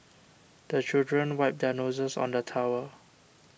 the children wipe their noses on the towel